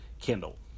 Kindle